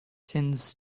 tends